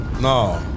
No